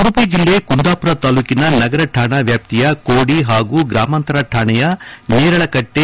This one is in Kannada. ಉಡುಪಿ ಜಿಲ್ಲೆ ಕುಂದಾಪುರ ತಾಲೂಕಿನ ನಗರ ಠಾಣಾ ವ್ಯಾಪ್ತಿಯ ಕೋಡಿ ಹಾಗೂ ಗ್ರಾಮಾಂತರ ಠಾಣೆಯ ನೇರಳೆಕಟ್ಟೆ